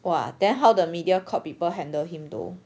!wah! then how the Mediocre people handle him though